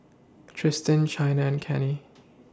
Tristen Chynna and Cannie